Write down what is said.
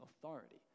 authority